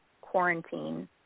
quarantine